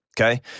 okay